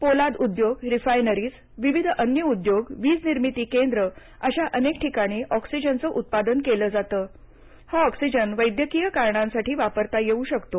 पोलाद उद्योग रिफायनरीज विविध अन्य उद्योग वीज निर्मिती केंद्र अशा अनेक ठिकाणी ऑक्सिजनचं उत्पादन केलं जातं हा ऑक्सिजन वैद्यकीय कारणांसाठी वापरता येऊ शकतो